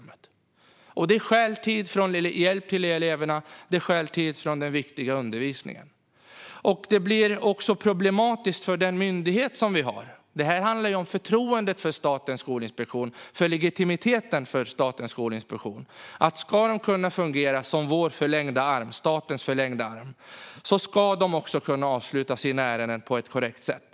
Detta stjäl tid från att ge hjälp till eleverna och från den viktiga undervisningen. Det blir också problematiskt för den myndighet vi har. Detta handlar ju om förtroendet för Statens skolinspektion och om dess legitimitet. Ska den kunna fungera som statens förlängda arm ska den också kunna avsluta sina ärenden på ett korrekt sätt.